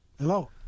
Hello